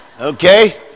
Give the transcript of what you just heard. Okay